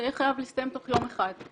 זה יהיה חייב להסתיים תוך יום אחד.